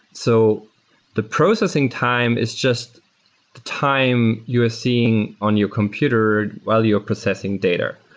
so the processing time is just the time you are seeing on your computer while you're processing data.